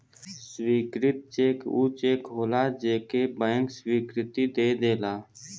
स्वीकृत चेक ऊ चेक होलाजे के बैंक स्वीकृति दे देला